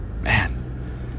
Man